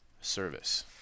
Service